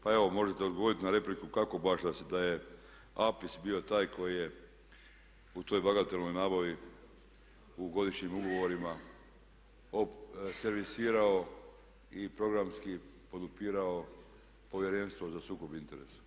Pa evo možete li odgovoriti na repliku kako baš da je Apis bio taj koji je u toj bagatelnoj nabavi u godišnjim ugovorima servisirao i programski podupirao Povjerenstvo za sukob interesa.